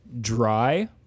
dry